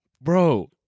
Bro